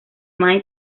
mai